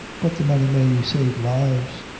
but the money may save lives.